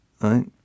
right